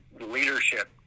leadership